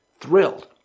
thrilled